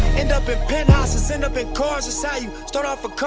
end up in penthouses end up in cars, it's how you start off a curb